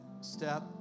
step